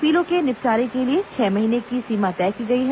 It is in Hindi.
अपीलों के निपटारे के लिए छह महीने की सीमा तय की गई है